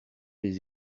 les